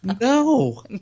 No